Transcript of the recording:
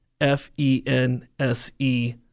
F-E-N-S-E